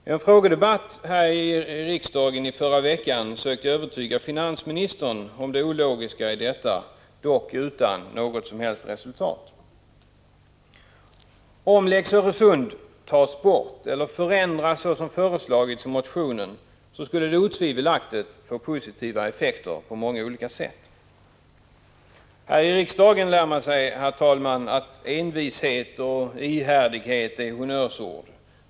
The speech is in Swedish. I en frågedebatt här i riksdagen förra veckan sökte jag övertyga finansministern om det ologiska i detta, dock utan något som helst resultat. Om lex Öresund tas bort eller förändras såsom föreslagits i motionen, får det otvivelaktigt positiva effekter på många olika sätt. Här i riksdagen lär man sig, herr talman, att envishet och ihärdighet är honnörsord.